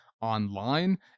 online